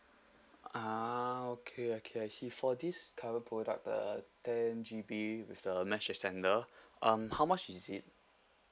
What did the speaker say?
ah okay okay I see for this current product the ten G_B with the mesh extender um how much is it